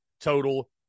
total